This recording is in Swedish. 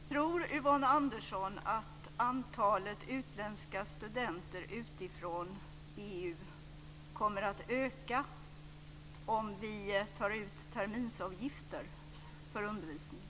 Herr talman! Tror Yvonne Andersson att antalet utländska studenter från länder utanför EU kommer att öka om vi tar ut terminsavgifter för undervisningen?